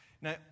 Now